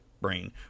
brain